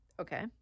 Okay